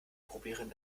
probieren